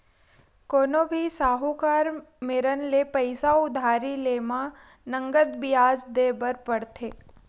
कोनो भी साहूकार मेरन ले पइसा उधारी लेय म नँगत बियाज देय बर परथे